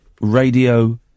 Radio